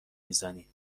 میزنی